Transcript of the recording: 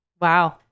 Wow